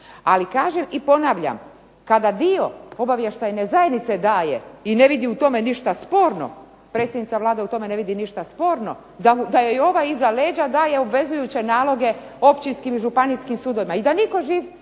Ali kažem i ponavljam kada dio obavještajne zajednice daje i ne vidi u tome ništa sporno, predsjednica Vlade ne vidi ništa sporno, da joj ovaj iza leđa daje obvezujuće naloga općinskim i županijskim sudovima i da nitko živ